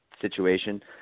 situation